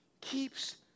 keeps